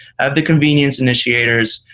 the convenience initiators.